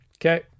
okay